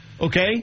Okay